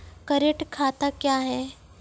Current खाता क्या हैं?